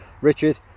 Richard